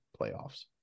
playoffs